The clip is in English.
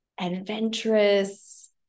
adventurous